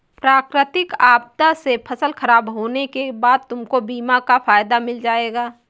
प्राकृतिक आपदा से फसल खराब होने के बाद तुमको बीमा का फायदा मिल जाएगा